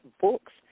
books